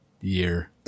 year